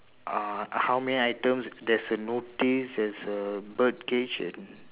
uh how many items there's a notice there's a bird cage and